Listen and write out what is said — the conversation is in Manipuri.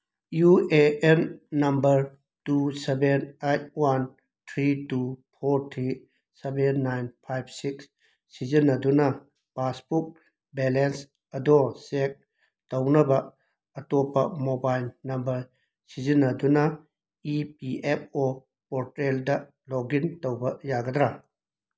U A N number two seven eight one three two four three seven nine five six ꯁꯤꯖꯟꯅꯗꯨꯅ ꯄꯥꯁꯕꯨꯛ ꯕꯦꯂꯦꯟꯁ ꯑꯗꯣ ꯆꯦꯛ ꯇꯧꯅꯕ ꯑꯇꯣꯞꯄ ꯃꯣꯕꯥꯏꯜ ꯅꯝꯕꯔ ꯁꯤꯖꯤꯟꯅꯗꯨꯅ ꯏ ꯄꯤ ꯑꯦꯐ ꯑꯣ ꯄꯣꯔꯇꯦꯜꯗ ꯂꯣꯛ ꯏꯟ ꯇꯧꯕ ꯌꯥꯒꯗ꯭ꯔꯥ